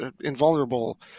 invulnerable